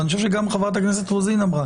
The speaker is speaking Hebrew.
ואני חושב שגם חברת הכנסת רוזין אמרה